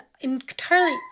entirely